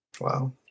Wow